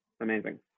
Amazing